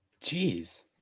Jeez